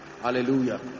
Hallelujah